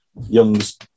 Young's